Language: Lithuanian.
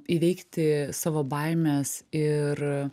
įveikti savo baimes ir